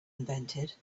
invented